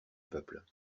peuple